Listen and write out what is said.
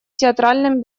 театральным